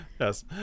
Yes